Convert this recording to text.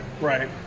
Right